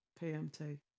PMT